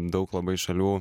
daug labai šalių